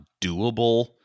doable